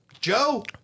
Joe